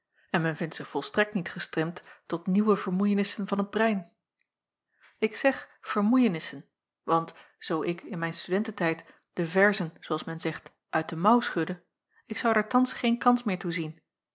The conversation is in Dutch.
en men vindt zich volstrekt niet gestemd tot nieuwe vermoeienissen van het brein ik jacob van ennep laasje evenster zeg vermoeienissen want zoo ik in mijn studentetijd de verzen zoo als men zegt uit de mouw schudde ik zou daar thans geen kans meer